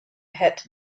het